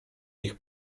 ich